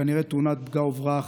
כנראה תאונת פגע וברח,